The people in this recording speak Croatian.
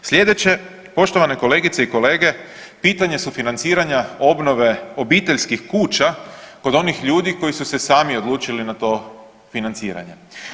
Slijedeće poštovane kolegice i kolege pitanje sufinanciranja obnove obiteljskih kuća kod onih ljudi koji su se sami odlučili na to financiranje.